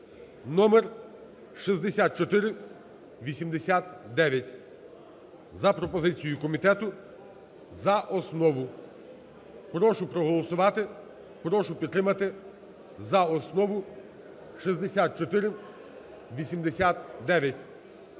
(№ 6489) за пропозицією комітету за основу. Прошу проголосувати, прошу підтримати за основу 6489.